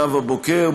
נאוה בוקר,